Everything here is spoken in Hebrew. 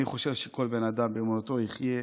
אני חושב שכל בן אדם באמונתו יחיה,